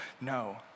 No